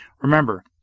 Remember